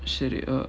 சரி:sari uh